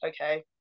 okay